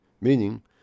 meaning